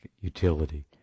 utility